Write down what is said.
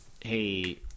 Hey